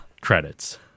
credits